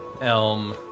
Elm